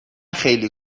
خیلی